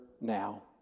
now